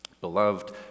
Beloved